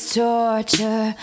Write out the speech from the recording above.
torture